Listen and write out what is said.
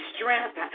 strength